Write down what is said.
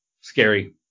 scary